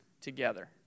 together